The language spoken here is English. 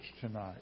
tonight